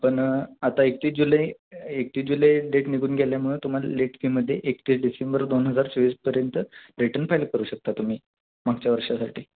पण आता एकतीस जुलै एकतीस जुलै डेट निघून गेल्यामुळं तुम्हाला लेट फीमध्ये एकतीस डिसेंबर दोन हजार चोवीसपर्यंत रिटर्न फायल करू शकता तुम्ही मागच्या वर्षासाठी